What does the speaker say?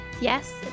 Yes